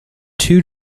two